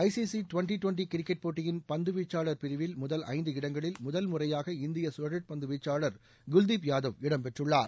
ஐ C C twenty twenty cricket போட்டியின் பந்து வீச்சாளர் பிரிவில் முதல் ஐந்து இடங்களில் முதல் முறையாக இந்திய சுழற் பந்து வீச்சாளர் குல்தீப் யாதவ் இடம் பெற்றுள்ளார்